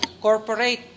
corporate